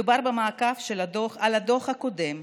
מדובר במעקב של הדוח על הדוח הקודם,